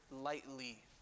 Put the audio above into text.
lightly